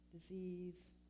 disease